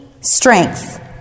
strength